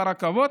ברכבות,